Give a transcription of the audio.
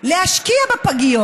להשקיע בפגיות.